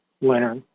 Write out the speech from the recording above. winner